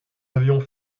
avions